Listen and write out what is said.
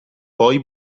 poi